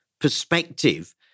perspective